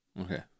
Okay